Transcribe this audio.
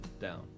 down